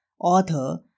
author